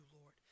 Lord